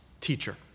teacher